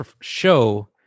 show